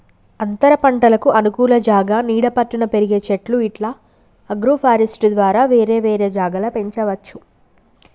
అంతరపంటలకు అనుకూల జాగా నీడ పట్టున పెరిగే చెట్లు ఇట్లా అగ్రోఫారెస్ట్య్ ద్వారా వేరే వేరే జాగల పెంచవచ్చు